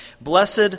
Blessed